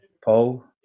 Paul